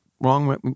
wrong